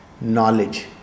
knowledge